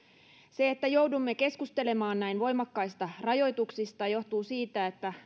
se että joudumme keskustelemaan näin voimakkaista rajoituksista johtuu siitä että